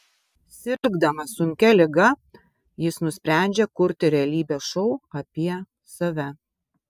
sirgdamas sunkia liga jis nusprendžia kurti realybės šou apie save